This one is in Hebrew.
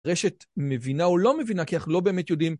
רשת מבינה או לא מבינה, כי אנחנו לא באמת יודעים.